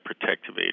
protective